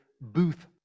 booth